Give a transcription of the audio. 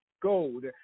Gold